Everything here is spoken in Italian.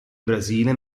brasile